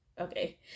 Okay